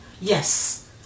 Yes